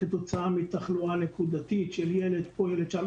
כתוצאה מתחלואה נקודתית של ילד פה, ילד שם.